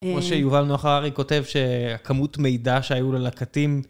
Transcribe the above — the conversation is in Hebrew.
משה, יובל נוח הררי כותב שהכמות מידע שהיו ללקטים...